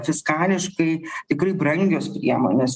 fiskališkai tikrai brangios priemonės